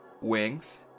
Wings